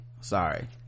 sorry